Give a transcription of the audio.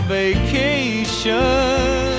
vacation